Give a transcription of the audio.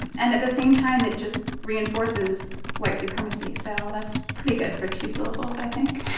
and at the same time, it just reinforces white supremacy. so that's pretty good for two syllables i think